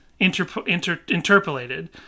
interpolated